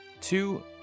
Two